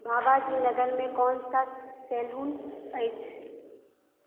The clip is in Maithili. बाबाजी नगरमे कोन सैलून अछि